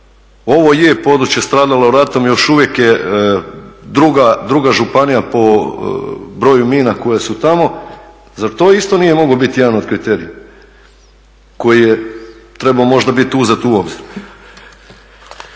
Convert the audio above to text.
Ovo je područje stradalo ratom još uvijek je druga županija po broju mina koje su tamo, zar to isto nije mogao biti jedan od kriterija koji je trebao možda biti uzet u obzir?